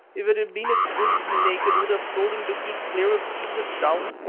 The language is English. if it had been a good snake, it would have told him to keep clear of beza town,